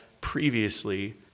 previously